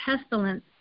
pestilence